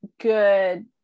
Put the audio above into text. good